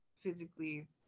physically